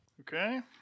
Okay